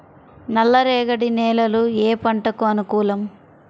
నల్ల రేగడి నేలలు ఏ పంటకు అనుకూలం?